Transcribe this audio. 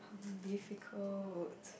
difficult